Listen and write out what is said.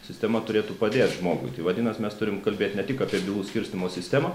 sistema turėtų padėt žmogui tai vadinas mes turim kalbėti ne tik apie bylų skirstymo sistemą